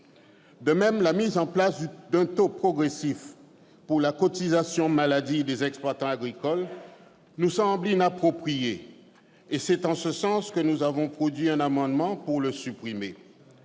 De même, la mise en place d'un taux progressif pour la cotisation maladie des exploitants agricoles nous semble inappropriée et c'est en ce sens que nous avons produit un amendement visant à supprimer